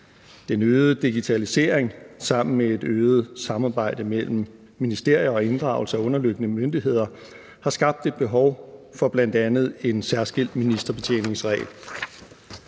Den øgede digitalisering sammen med et øget samarbejde mellem ministerier og inddragelse af underliggende myndigheder har skabt et behov for bl.a. en særskilt ministerbetjeningsregel.